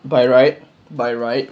by right by right